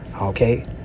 okay